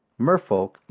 Merfolk